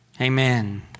Amen